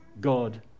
God